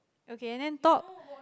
okay and then talk